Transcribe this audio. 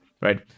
right